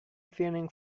feeling